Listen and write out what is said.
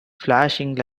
flashing